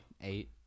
Eight